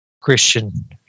Christian